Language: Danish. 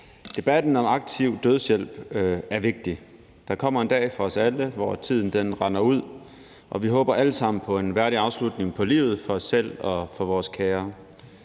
Debatten om aktiv dødshjælp er vigtig. Der kommer en dag for os alle, hvor tiden rinder ud, og vi håber alle sammen på en værdig afslutning på livet for os selv og for vores kære.